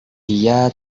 dia